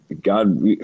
god